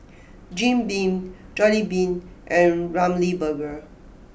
Jim Beam Jollibean and Ramly Burger